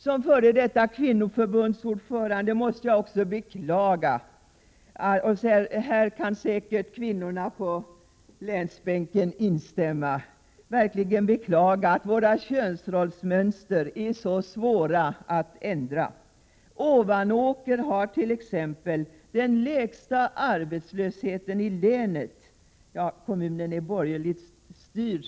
Som f. d. kvinnoförbunds ordförande beklagar jag verkligen — här instämmer säkert kvinnorna på min länsbänk — att det är så svårt att ändra våra könsrollsmönster. Ovanåker kommun t.ex. är den kommun som har den lägsta arbetslösheten i länet — kommunen är borgerligt styrd.